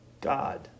God